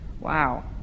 Wow